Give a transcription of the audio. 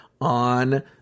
on